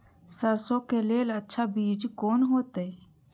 सरसों के लेल अच्छा बीज कोन होते?